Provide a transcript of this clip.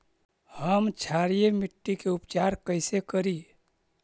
हम क्षारीय मिट्टी के उपचार कैसे करी?